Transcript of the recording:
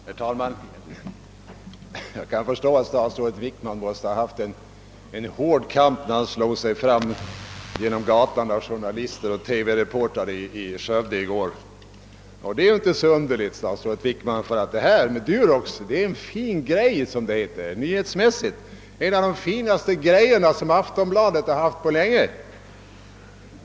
Herr talman! Jag kan förstå att statsrådet Wickman måste ha haft en hård kamp när han i går slog sig fram genom mängden av journalister och TV reportrar i Skövde. Det är ju inte så underligt, ty detta med Durox är en »fin grej» nyhetsmässigt, en av de finaste grejer som Aftonbladet haft på länge.